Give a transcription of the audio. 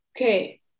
Okay